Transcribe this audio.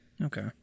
Okay